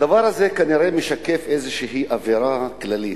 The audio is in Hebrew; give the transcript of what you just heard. הדבר הזה כנראה משקף איזושהי אווירה כללית,